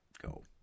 go